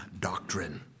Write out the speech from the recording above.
doctrine